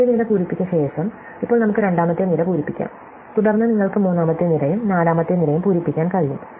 ആദ്യ നിര പൂരിപ്പിച്ച ശേഷം ഇപ്പോൾ നമുക്ക് രണ്ടാമത്തെ നിര പൂരിപ്പിക്കാം തുടർന്ന് നിങ്ങൾക്ക് മൂന്നാമത്തെ നിരയും നാലാമത്തെ നിരയും പൂരിപ്പിക്കാൻ കഴിയും